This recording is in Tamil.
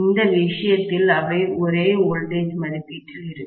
இந்த விஷயத்தில் அவை ஒரே வோல்டேஜ் மதிப்பீட்டில் இருக்கும்